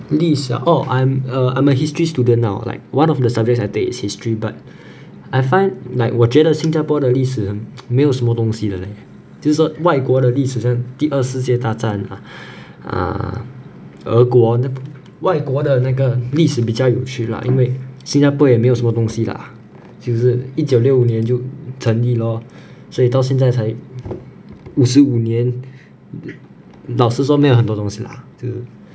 历史 ah oh I'm a I'm a history student now like one of the subjects I take is history but I find like 我觉得新加坡的历史没有什么东西的 leh 就说外国的历史说第二世界大战啦 uh 俄国外国的那个历史比较有趣啦因为新加坡也没有什么东西啦就是一九六五年就成立 lor 所以到现在才五十五年老实说没有很多东西啦就是